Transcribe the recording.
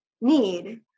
need